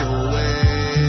away